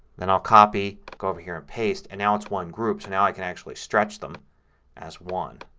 then i'll copy, go over here and paste, and now it's one group. so now i can actually stretch them as one.